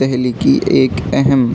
دہلی کی ایک اہم